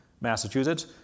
Massachusetts